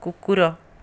କୁକୁର